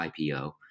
IPO